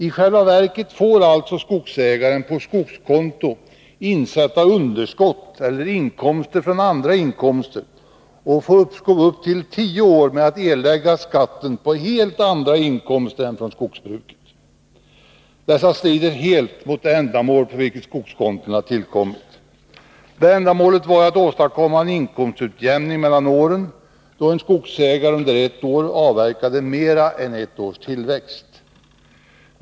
I själva verket får alltså skogsägaren på skogskonto sätta in underskott eller inkomster från andra förvärvskällor och få uppskov upp till tio år med att erlägga skatten på helt andra inkomster än från skogsbruket. Detta strider helt mot det ändamål för vilket skogskontona tillkommit. Det ändamålet var ju att åstadkomma en inkomstutjämning mellan åren då en skogsägare under ett år avverkade mera än ett års tillväxt.